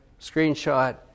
screenshot